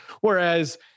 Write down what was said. Whereas